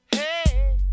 Hey